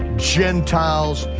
gentiles,